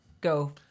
Go